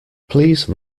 please